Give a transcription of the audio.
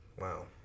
Wow